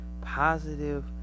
positive